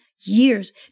years